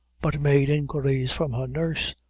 but made inquiries from her nurse,